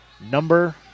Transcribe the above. number